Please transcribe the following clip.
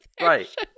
right